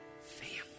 family